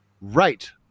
right